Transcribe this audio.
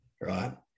right